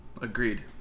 Agreed